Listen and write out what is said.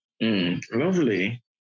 Lovely